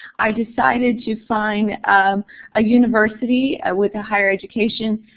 i decided to find a university with a higher education